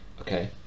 Okay